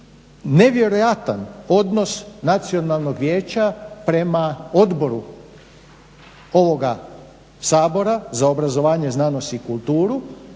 nevjerojatan odnosa nacionalnog vijeća prema odboru ovoga Sabora za obrazovanje, znanost i kulturu